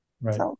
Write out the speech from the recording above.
Right